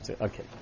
okay